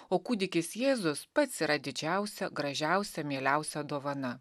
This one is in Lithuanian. o kūdikis jėzus pats yra didžiausia gražiausia mieliausia dovana